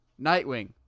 Nightwing